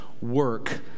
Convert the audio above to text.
work